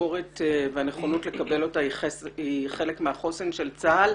הביקורת והנכונות לקבל אותה היא חלק מהחוסן של צה"ל.